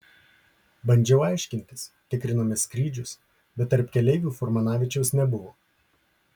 bandžiau aiškintis tikrinome skrydžius bet tarp keleivių furmanavičiaus nebuvo